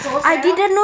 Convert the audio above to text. so sarah